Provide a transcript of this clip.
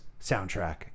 soundtrack